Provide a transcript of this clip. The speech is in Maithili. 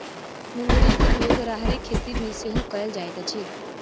मुंगरीक उपयोग राहरिक खेती मे सेहो कयल जाइत अछि